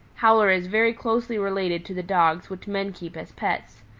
howler is very closely related to the dogs which men keep as pets.